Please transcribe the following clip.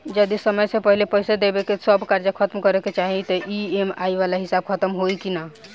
जदी समय से पहिले पईसा देके सब कर्जा खतम करे के चाही त ई.एम.आई वाला हिसाब खतम होइकी ना?